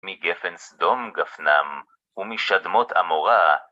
מגפן סדום גפנם, ומשדמות עמורה.